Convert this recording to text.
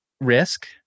risk